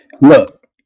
look